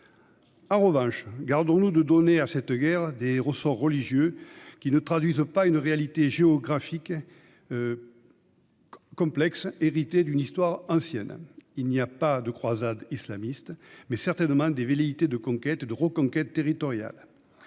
En revanche, gardons-nous de donner à cette guerre des ressorts religieux : une telle interprétation ne saurait traduire une réalité géographique complexe héritée d'une histoire ancienne. Il n'y a pas de croisade islamiste, mais il y a certainement des velléités de conquête ou de reconquête territoriale.